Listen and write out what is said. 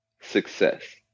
success